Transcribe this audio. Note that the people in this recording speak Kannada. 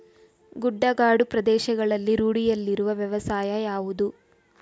ಗುಡ್ಡಗಾಡು ಪ್ರದೇಶಗಳಲ್ಲಿ ರೂಢಿಯಲ್ಲಿರುವ ವ್ಯವಸಾಯ ಯಾವುದು?